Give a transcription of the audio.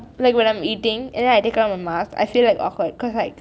like when I'm eating and I take out my mask I feel like awkward cause like